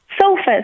sofas